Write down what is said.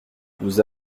nous